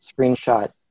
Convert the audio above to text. screenshot